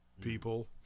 people